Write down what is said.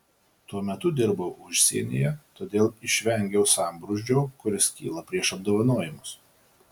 tuo metu dirbau užsienyje todėl išvengiau sambrūzdžio kuris kyla prieš apdovanojimus